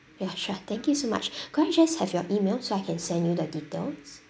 ya sure thank you so much could I just have your email so I can send you the details